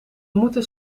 moeten